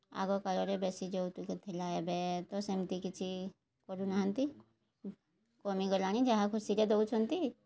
ଆଗକାଳରେ ବେଶୀ ଯୌତୁକ ଥିଲା ଏବେ ତ ସେମିତି କିଛି କରୁନାହାନ୍ତି କମିଗଲାଣି ଯାହା ଖୁସିରେ ଦେଉଛନ୍ତି